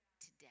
today